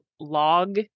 log